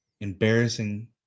embarrassing